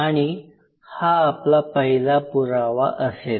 आणि हा आपला पहिला पुरावा असेल